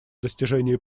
достижении